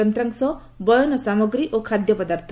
ଯନ୍ତ୍ରାଂଶ ବୟନ ସାମଗ୍ରୀ ଓ ଖାଦ୍ୟ ପଦାର୍ଥ